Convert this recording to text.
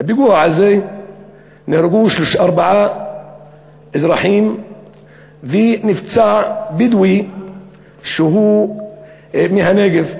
בפיגוע הזה נהרגו ארבעה אזרחים ונפצע בדואי מהנגב.